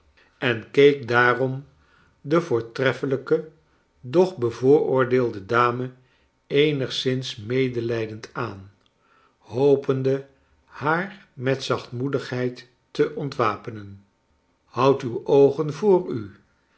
en keck daarom de voortreffelijke doeh bevooroordeelde dame eenigszins medelijdend aan hopende haar met zaohtmoedigheid te ontwapenen hcmd uw oogen voor u